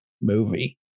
movie